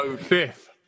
Fifth